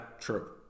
true